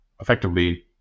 effectively